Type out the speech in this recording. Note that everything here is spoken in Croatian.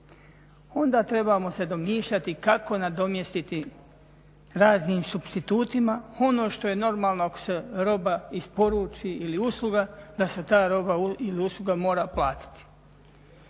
onda trebamo se domišljati kako nadomjestiti raznim supstitutima ono što je normalno ako se roba isporuči ili usluga da se ta roba ili usluga mora platiti.